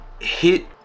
hit